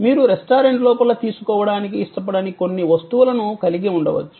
మీరు రెస్టారెంట్ లోపల తీసుకోవటానికి ఇష్టపడని కొన్ని వస్తువులను కలిగి ఉండవచ్చు